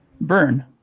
Burn